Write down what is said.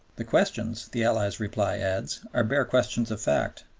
the questions, the allies' reply adds, are bare questions of fact,